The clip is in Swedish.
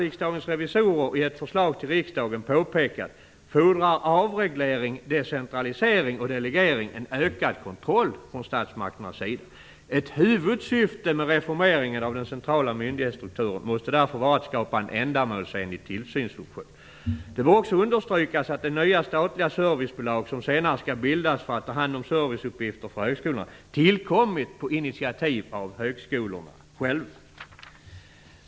Riksdagens revisorer i ett förslag till riksdagen påpekat fordrar avreglering, decentralisering och delegering en ökad kontroll från statsmakternas sida. Ett huvudsyfte med reformeringen av den centrala myndighetsstrukturen måste därför vara att skapa en ändamålsenlig tillsynsfunktion. Det bör också understrykas att det nya statliga servicebolag som senare skall bildas för att ta hand om serviceuppgifter för högskolorna tillkommit på initiativ av högskolorna själva.